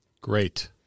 Great